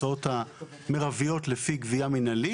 הרשות תהיה מחויבת ליידע אותו על החוב.